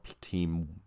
team